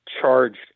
charged